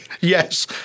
yes